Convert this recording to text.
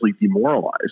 demoralized